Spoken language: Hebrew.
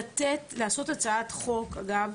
לעשות הצעת חוק אגב,